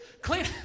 Clean